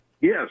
Yes